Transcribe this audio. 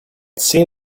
seen